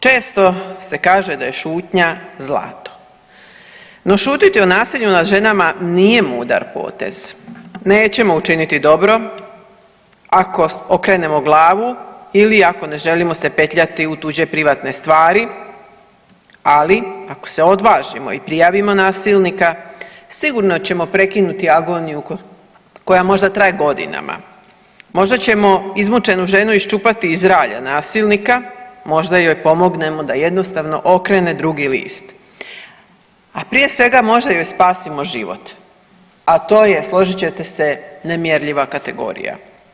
Često se kaže da je šutnja zlato, no šutiti o nasilju nad ženama nije mudar potez, nećemo učiniti dobro ako okrenemo glavu ili ako ne želimo se petljati u tuđe privatne stvari, ali ako se odvažimo i prijavimo nasilnika sigurno ćemo prekinuti agoniju koja možda traje godinama, možda ćemo izmučenu ženu iščupati iz ralja nasilnika, možda joj pomognemo da jednostavno okrene drugi list, a prije svega možda joj spasimo život, a to je složit ćete se nemjerljiva kategorija.